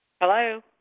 hello